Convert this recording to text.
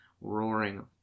roaring